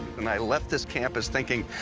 and i left this campus, thinking,